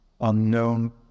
unknown